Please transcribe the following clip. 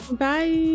Bye